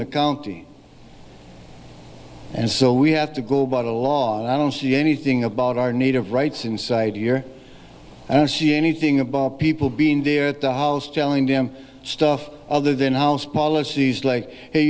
the county and so we have to go about a law and i don't see anything about our native rights inside a year i don't see anything about people being there at the house telling them stuff other than house policies like hey